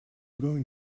going